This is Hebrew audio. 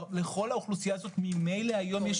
לכל האוכלוסייה הזאת ממילא היום יש תעודה.